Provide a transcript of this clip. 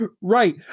right